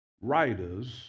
writers